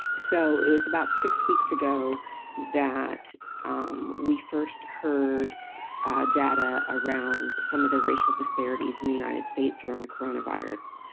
so it was about six weeks ago that we first heard data around some of the racial disparities in the united states around the coronavirus.